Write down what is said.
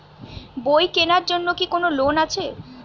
বই কেনার জন্য কি কোন লোন আছে?